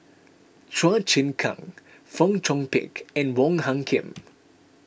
Chua Chim Kang Fong Chong Pik and Wong Hung Khim